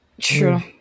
True